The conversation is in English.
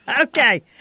Okay